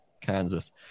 Kansas